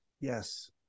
yes